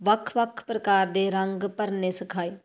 ਵੱਖ ਵੱਖ ਪ੍ਰਕਾਰ ਦੇ ਰੰਗ ਭਰਨੇ ਸਿਖਾਏ